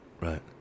Right